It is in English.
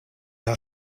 are